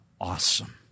awesome